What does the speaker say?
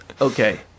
Okay